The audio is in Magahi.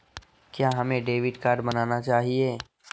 क्या हमें डेबिट कार्ड बनाना चाहिए?